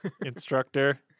instructor